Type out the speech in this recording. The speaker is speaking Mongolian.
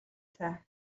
цай